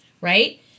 right